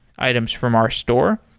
items from our store.